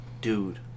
dude